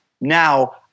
Now